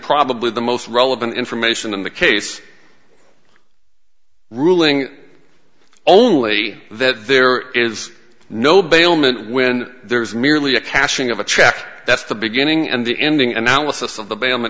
probably the most relevant information in the case ruling only that there is no bailment when there is merely a cashing of a check that's the beginning and the ending analysis of the ba